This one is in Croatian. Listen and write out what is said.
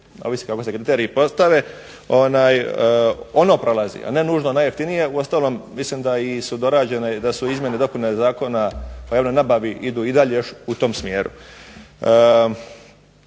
ovisi kako se kriteriji postave, ono prolazi, a ne nužno najjeftinije. Uostalom mislim da i su dorađene, da su izmjene i dopune Zakona o javnoj nabavi idu i dalje još u tom smjeru.